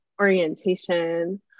orientation